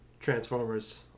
Transformers